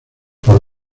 por